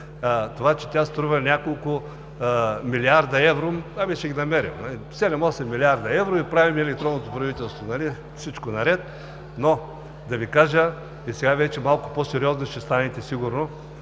Това, че тя струва няколко милиарда евро, ами ще ги намерим, седем-осем милиарда евро и правим електронното правителство, нали? Всичко е наред. Но да Ви кажа – и сега вече малко по-сериозни ще станете сигурно,